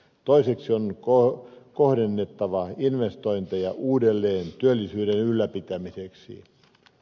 toiseksi on kohdennettava investointeja uudelleen työllisyyden ylläpitämiseksi